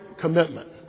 commitment